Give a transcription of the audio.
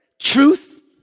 Truth